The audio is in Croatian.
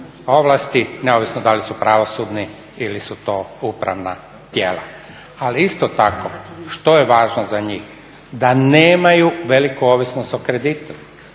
ovlasti neovisno da li su pravosudni ili su to upravna tijela. Ali isto tako što je važno za njih, da nemaju veliku ovisnost o kreditu,